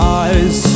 eyes